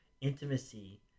intimacy